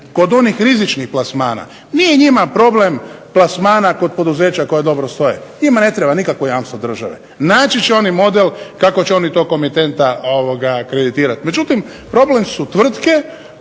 kod onih rizičnih plasmana, nije njima problem plasmana poduzeća koja dobro stoje, njima ne treba nikakvo jamstvo države. Naći će oni model kako će oni tog komitenta kreditirati. Međutim, problem su tvrtke